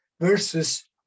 versus